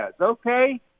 okay